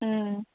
ꯎꯝ